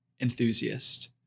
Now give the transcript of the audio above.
Enthusiast